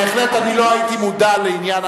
בהחלט אני לא הייתי מודע לעניין.